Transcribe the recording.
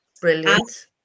brilliant